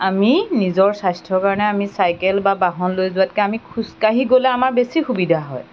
আমি নিজৰ স্বাস্থ্য়ৰ কাৰণে আমি চাইকেল বা বাহন লৈ যোৱাতকৈ আমি খোজকাঢ়ি গ'লে আমাৰ বেছি সুবিধা হয়